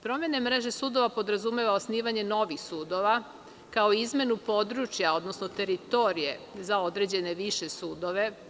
Promena mreže sudova podrazumeva osnivanje novih sudova, kao i izmenu područja, odnosno teritorije za određene više sudove.